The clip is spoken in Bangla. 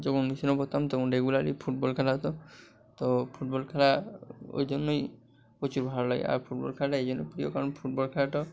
যখন মিশনে পড়তাম তখন রেগুলারলি ফুটবল খেলা হতো তো ফুটবল খেলা ওই জন্যই প্রচুর ভালো লাগে আর ফুটবল খেলাটা এই জন্যই প্রিয় কারণ ফুটবল খেলাটা